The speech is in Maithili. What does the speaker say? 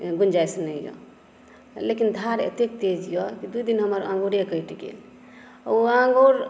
गुंजाइस नहि यऽ लेकिन धार एतेक तेज यऽ दू दिन हमर आँगुरे कटि गेल ओ आँगुर